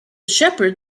shepherd